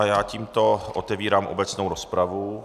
Já tímto otevírám obecnou rozpravu.